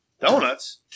Donuts